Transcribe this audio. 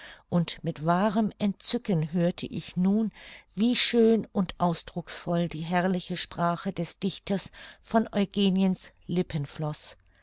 und mit wahrem entzücken hörte ich nun wie schön und ausdrucksvoll die herrliche sprache des dichters von eugeniens